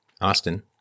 Austin